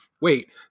wait